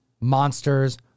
monsters